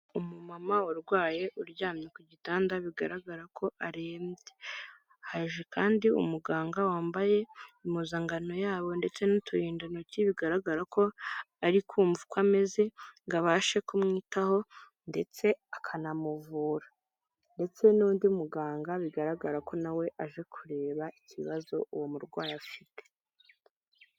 Umumama urwaye, uryamye ku gitanda bigaragara ko arembye haje kandi umuganga wambaye impuzangankano yabo ndetse n'uturindantoki bigaragara ko ari kumva uko ameze ngo abashe kumwitaho ndetse akanamuvura ndetse n'undi muganga bigaragara ko nawe aje kureba ikibazo uwo murwayi afite.